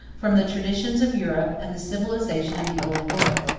from the traditions of europe and the civilization of the old world.